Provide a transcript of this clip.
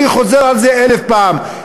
אני חוזר על זה אלף פעם.